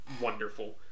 wonderful